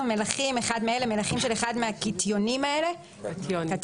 "מלחים" (Salts) אחד מאלה: (1) מלחים של אחד מהקטיונים האלה: נתרן,